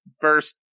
First